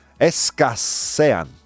escasean